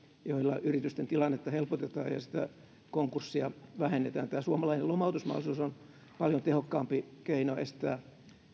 joilla yritysten tilannetta helpotetaan ja konkurssia vähennetään tämä suomalainen lomautusmahdollisuus on paljon tehokkaampi keino estää